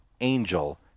Angel